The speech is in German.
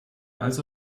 als